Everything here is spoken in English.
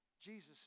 Jesus